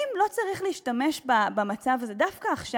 האם לא צריך להשתמש במצב הזה דווקא עכשיו,